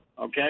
okay